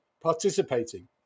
participating